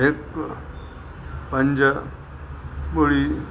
हिकु पंज ॿुड़ी